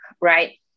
right